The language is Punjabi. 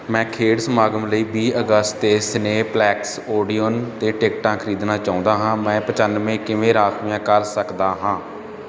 ਮੈਂ ਖੇਡ ਸਮਾਗਮ ਲਈ ਵੀਹ ਅਗਸਤ ਦੇ ਸਿਨੇਪਲੇਕਸ ਓਡੀਓਨ 'ਤੇ ਟਿਕਟਾਂ ਖਰੀਦਣਾ ਚਾਹੁੰਦਾ ਹਾਂ ਮੈਂ ਪਚਾਨਵੇਂ ਕਿਵੇਂ ਰਾਖਵੀਆਂ ਕਰ ਸਕਦਾ ਹਾਂ